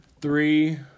Three